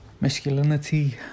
Masculinity